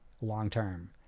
long-term